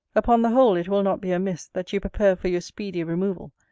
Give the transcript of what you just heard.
upon the whole, it will not be amiss, that you prepare for your speedy removal,